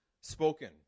spoken